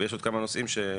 ויש עוד כמה נושאים שביקשת.